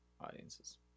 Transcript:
audiences